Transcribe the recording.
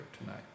tonight